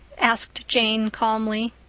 asked jane calmly.